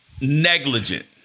negligent